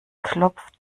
klopft